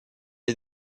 est